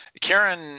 karen